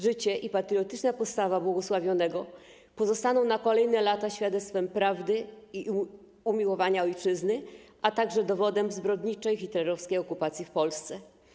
Życie i patriotyczna postawa błogosławionego pozostaną na kolejne lata świadectwem prawdy i umiłowania ojczyzny, a także dowodem zbrodniczej hitlerowskiej okupacji w Polsce.